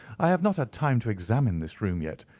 i have not had time to examine this room yet,